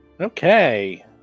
Okay